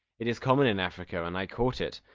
it is common in africa, and i caught it.